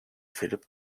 philip